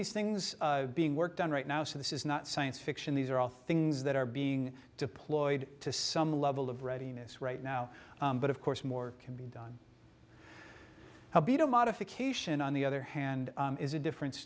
these things being worked on right now so this is not science fiction these are all things that are being deployed to some level of readiness right now but of course more can be done be done modification on the other hand is a difference